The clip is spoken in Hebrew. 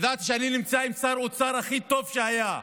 ידעתי שאני נמצא עם שר האוצר הכי טוב שהיה,